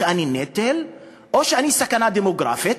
שאני נטל, או שאני סכנה דמוגרפית,